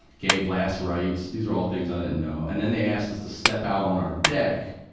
gave last rites. these were all things i didn't know. and then they asked us to step out on our deck,